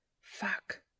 Fuck